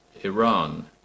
Iran